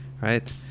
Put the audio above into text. right